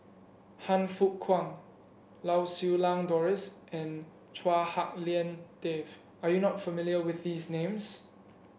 Han Fook Kwang Lau Siew Lang Doris and Chua Hak Lien Dave are you not familiar with these names